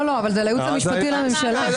אבל זה לייעוץ המשפטי לממשלה.